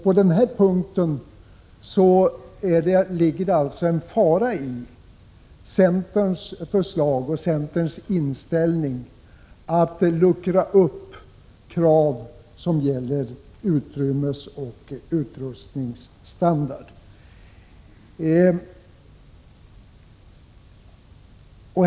På denna punkt ligger det alltså en fara i centerns förslag och centerns inställning att man skall luckra upp krav som gäller utrymmesoch utrustningsstandard.